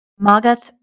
Magath